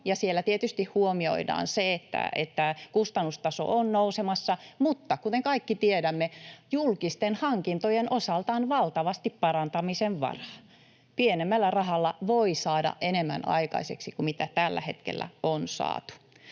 siellä tietysti huomioidaan se, että kustannustaso on nousemassa, mutta kuten kaikki tiedämme, julkisten hankintojen osalta on valtavasti parantamisen varaa. Pienemmällä rahalla voi saada enemmän aikaiseksi kuin mitä tällä hetkellä on saatu.